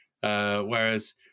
whereas